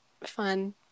fun